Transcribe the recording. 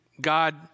God